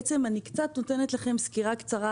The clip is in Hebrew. אני בעצם קצת נותנת לכם סקירה קצרה,